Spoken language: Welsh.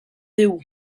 fyw